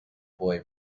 boy